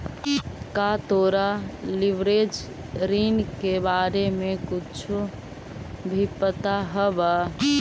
का तोरा लिवरेज ऋण के बारे में कुछो भी पता हवऽ?